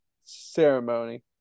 ceremony